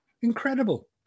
Incredible